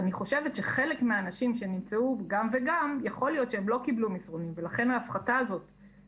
עכשיו אני עושה אותו הדבר בחקירה האפידמיולוגית.